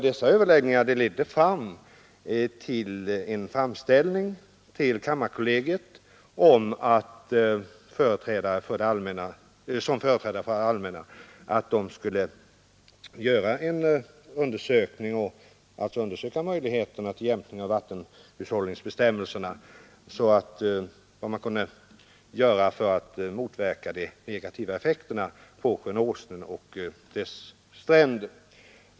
Dessa överläggningar ledde till en framställning till kammarkollegiet om att detta som företrädare för det allmänna skulle undersöka möjligheterna till sådan jämkning av vattenhushållningsbestämmelserna att regleringens negativa verkningar på sjön Åsnen och dess stränder så långt möjligt elimineras.